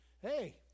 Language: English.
Hey